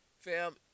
fam